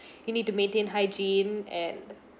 you need to maintain hygiene and